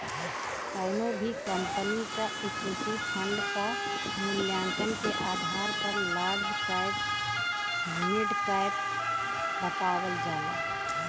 कउनो भी company equity इक्विटी फण्ड क मूल्यांकन के आधार पर लार्ज कैप मिड कैप बतावल जाला